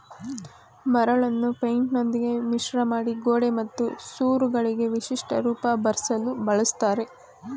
ಮರಳನ್ನು ಪೈಂಟಿನೊಂದಿಗೆ ಮಿಶ್ರಮಾಡಿ ಗೋಡೆ ಮತ್ತು ಸೂರುಗಳಿಗೆ ವಿಶಿಷ್ಟ ರೂಪ ಬರ್ಸಲು ಬಳುಸ್ತರೆ